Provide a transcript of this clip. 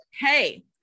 hey